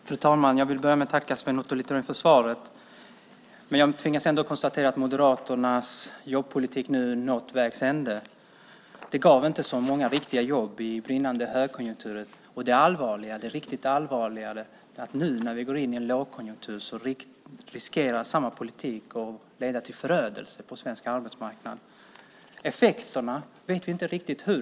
Fru talman! Jag vill börja med att tacka Sven Otto Littorin för svaret. Jag tvingas konstatera att Moderaternas jobbpolitik nått vägs ände. Den gav inte så många riktiga jobb i brinnande högkonjunktur. Det riktigt allvarliga är dock att när vi nu går in i en lågkonjunktur riskerar samma politik att leda till förödelse på svensk arbetsmarknad. Vilka effekterna blir vet vi inte riktigt.